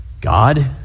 God